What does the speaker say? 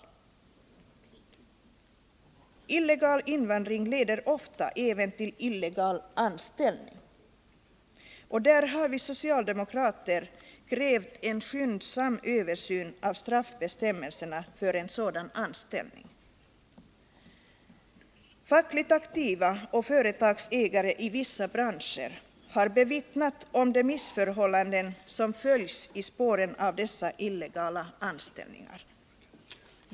Illegal invandring leder ofta även till illegal anställning, och där har vi socialdemokrater krävt en skyndsam översyn av straffbestämmelserna för sådan anställning. Fackligt aktiva och företagsägare i vissa branscher har vittnat om de missförhållanden som föds i spåren av dessa illegala anställningar.